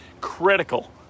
critical